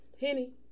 Henny